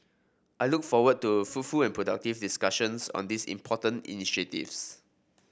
i look forward to fruitful and productive discussions on these important initiatives